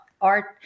art